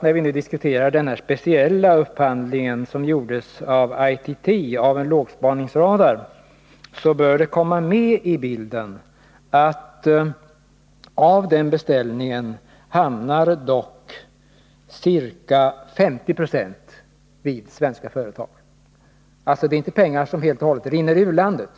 När vi diskuterar den speciella upphandlingen av lågspaningsradar hos ITT bör det komma med i bilden att av den beställningen hamnade ca 50 96 hos svenska företag. Alla pengarna rinner alltså inte ut ur landet.